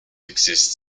exist